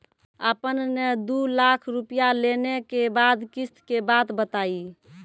आपन ने दू लाख रुपिया लेने के बाद किस्त के बात बतायी?